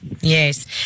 Yes